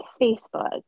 Facebook